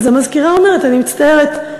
אז המזכירה אומרת: אני מצטערת,